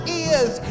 ears